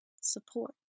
support